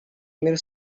мир